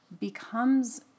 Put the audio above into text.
becomes